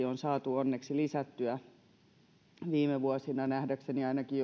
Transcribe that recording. on saatu onneksi lisättyä viime vuosina nähdäkseni ainakin